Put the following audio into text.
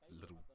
little